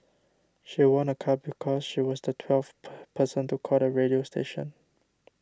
she won a car because she was the twelfth person to call the radio station